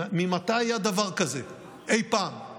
מתי היה דבר כזה אי פעם?